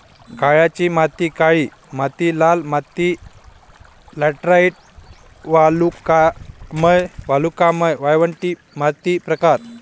गाळाची माती काळी माती लाल माती लॅटराइट वालुकामय वालुकामय वाळवंट माती प्रकार